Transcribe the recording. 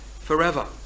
forever